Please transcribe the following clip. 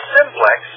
Simplex